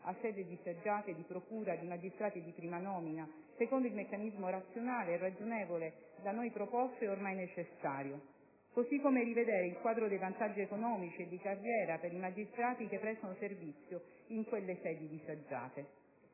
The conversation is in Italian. a sedi disagiate di procura di magistrati di prima nomina, secondo il meccanismo razionale e ragionevole da noi proposto, è ormai necessario; così come rivedere il quadro dei vantaggi economici e di carriera per i magistrati che prestano servizio in quelle sedi disagiate.